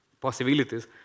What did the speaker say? possibilities